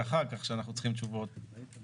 החג כך שאנחנו צריכים את התשובות היום.